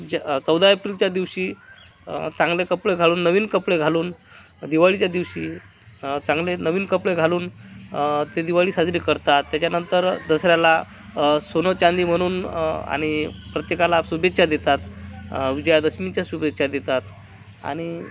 ज्या चौदा एप्रिलच्या दिवशी चांगले कपडे घालून नवीन कपडे घालून दिवाळीच्या दिवशी चांगले नवीन कपडे घालून ते दिवाळी साजरी करतात त्याच्यानंतर दसऱ्याला सोनेचांदी बनवून आणि प्रत्येकाला शुभेच्छा देतात विजयादशमीच्या शुभेच्छा देतात आणि